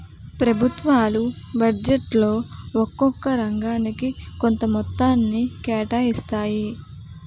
ప్రభుత్వాలు బడ్జెట్లో ఒక్కొక్క రంగానికి కొంత మొత్తాన్ని కేటాయిస్తాయి